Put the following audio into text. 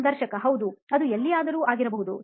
ಸಂದರ್ಶಕ ಹೌದು ಅದು ಎಲ್ಲಿಯಾದರೂ ಆಗಿರಬಹುದು